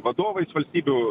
vadovais valstybių